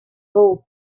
called